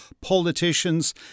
politicians